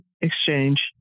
exchange